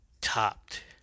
topped